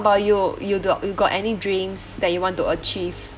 about you you got you got any dreams that you want to achieve